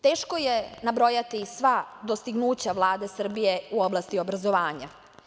Teško je nabrojati sva dostignuća Vlade Srbije u oblasti obrazovanja.